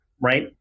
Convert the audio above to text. right